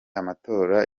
amatora